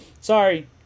sorry